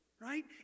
right